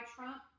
Trump